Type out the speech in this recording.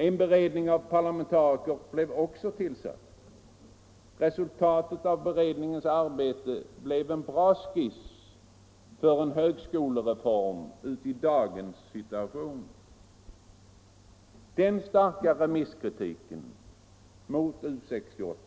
En beredning av parlamentariker blev också tillsatt. Resultatet av beredningens arbete blev en bra skiss för en högskolereform utifrån dagens situation. Den starka remisskritiken mot U 68,